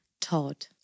Todd